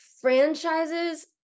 franchises